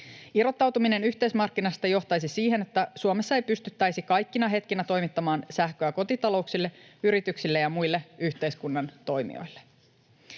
Irrottautuminen yhteismarkkinasta johtaisi siihen, että Suomessa ei pystyttäisi kaikkina hetkinä toimittamaan sähköä kotitalouksille, yrityksille ja muille yhteiskunnan toimijoille.